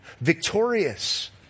victorious